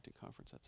conference